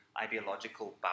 ideological